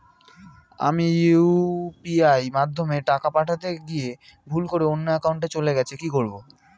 আমি ইউ.পি.আই মাধ্যমে টাকা পাঠাতে গিয়ে ভুল করে অন্য একাউন্টে চলে গেছে কি করব?